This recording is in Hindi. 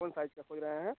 कौन साइज का खोज रहे हैं